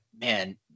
man